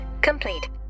complete